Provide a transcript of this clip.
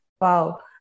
Wow